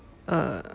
err